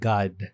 God